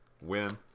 win